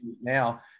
now